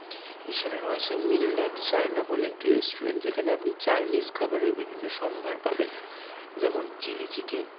এছাড়া রয়েছে Mainland China বলে একটি রেস্টুরেন্ট যেখানে আপনি চাইনিজ খাবারের বিভিন্ন সম্ভার পাবেন যেমন চিলি চিকেন